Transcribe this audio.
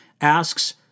Asks